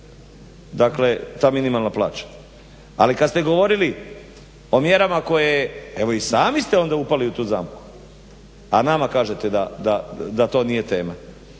dakle ta minimalna plaća. Ali kad ste govorili o mjerama koje, evo i sami ste onda upali u tu zamku, a nama kažete da to nije tema,